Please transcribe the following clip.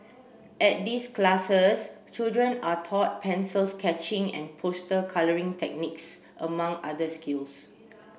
at these classes children are taught pencil sketching and poster colouring techniques among other skills